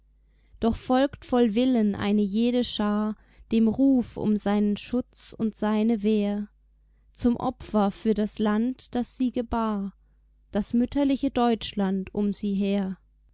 doch folgt voll willen eine jede schar dem ruf um seinen schutz und seine wehr zum opfer für das land das sie gebar das mütterliche deutschland um sie her